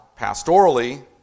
pastorally